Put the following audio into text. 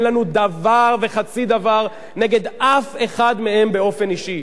אין לנו דבר וחצי דבר נגד אף אחד מהם באופן אישי.